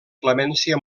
clemència